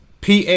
PA